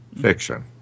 fiction